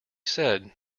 said